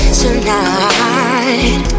tonight